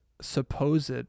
supposed